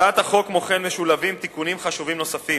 בהצעת החוק משולבים תיקונים חשובים נוספים,